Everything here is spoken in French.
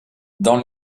dans